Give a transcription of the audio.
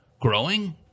growing